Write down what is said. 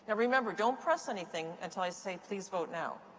and remember, don't press anything until i say please vote now.